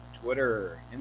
twitter